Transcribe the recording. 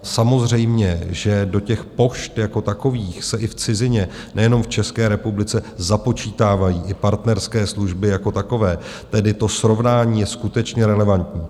Samozřejmě že do těch pošt jako takových se i v cizině, nejenom v České republice, započítávají partnerské služby jako takové, tedy to srovnání je skutečně relevantní.